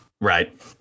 Right